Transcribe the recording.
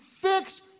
Fix